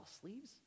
sleeves